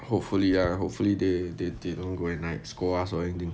hopefully ah hopefully they they don't go and like scold us or anything